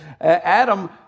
Adam